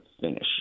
finish